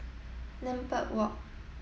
Lambeth Walk